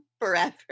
forever